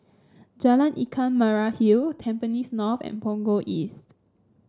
Jalan Ikan Merah Hill Tampines North and Punggol East